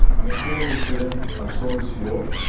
i mean, i'm only a student. i'm still in school,